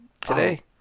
today